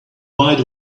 right